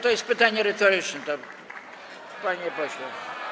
To jest pytanie retoryczne, to panie pośle.